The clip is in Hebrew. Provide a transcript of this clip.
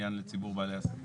לציבור בעלי העסקים.